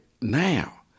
now